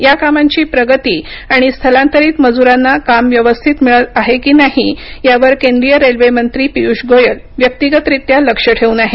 या कामांची प्रगती आणि स्थलांतरीत मजुरांना काम व्यवस्थित मिळत आहेत की नाही यावर केंद्रीय रेल्वे मंत्री पियुष गोयल व्यक्तिगतरीत्या लक्ष ठेवून आहेत